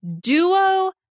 duo